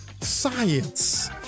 science